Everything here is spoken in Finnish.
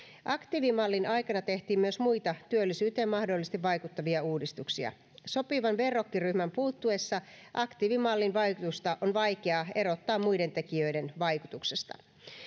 aktiivimallin aikana tehtiin myös muita työllisyyteen mahdollisesti vaikuttavia uudistuksia sopivan verrokkiryhmän puuttuessa aktiivimallin vaikutusta on vaikea erottaa muiden tekijöiden vaikutuksesta